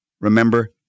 remember